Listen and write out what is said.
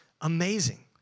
amazing